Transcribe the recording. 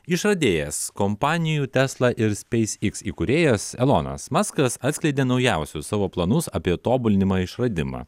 išradėjas kompanijų tesla ir spacex įkūrėjas elonas maskas atskleidė naujausius savo planus apie tobulinimą išradimą